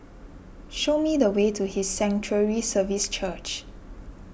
show me the way to His Sanctuary Services Church